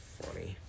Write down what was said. funny